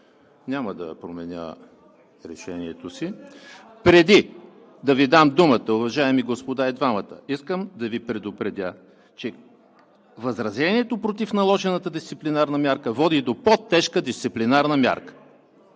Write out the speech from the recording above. ПРЕДСЕДАТЕЛ ЕМИЛ ХРИСТОВ: Преди да Ви дам думата, уважаеми господа – и двамата, искам да Ви предупредя, че възражението против наложената дисциплинарна мярка води до по тежка дисциплинарна мярка.